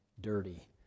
dirty